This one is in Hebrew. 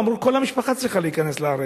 אמרו: כל המשפחה צריכה להיכנס לארץ.